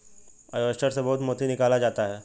oyster से बहुत मोती निकाला जाता है